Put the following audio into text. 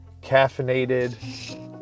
caffeinated